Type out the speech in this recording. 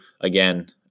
again